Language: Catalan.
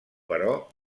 però